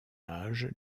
âge